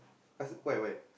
ask why why